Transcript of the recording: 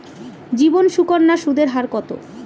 জীবন সুকন্যা সুদের হার কত?